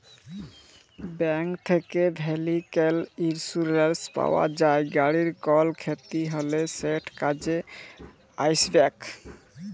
bank থ্যাকে vehicle insurance পাউয়া যায়, গাড়ির কল খ্যতি হ্যলে সেট কাজে আইসবেক